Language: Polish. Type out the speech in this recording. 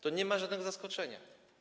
Tu nie ma żadnego zaskoczenia.